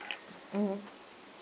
mmhmm